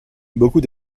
beaucoup